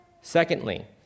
Secondly